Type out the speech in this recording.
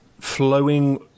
flowing